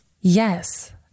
Yes